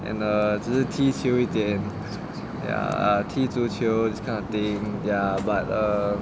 and uh 只是踢球一点 ya err 踢足球 this kind of thing ya but err